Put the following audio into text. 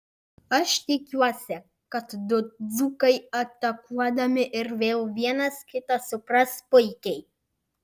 aš tikiuosi kad du dzūkai atakuodami ir vėl vienas kitą supras puikiai